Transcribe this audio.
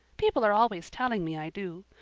people are always telling me i do.